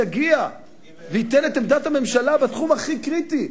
שיגיע וייתן את עמדת הממשלה בתחום הכי קריטי,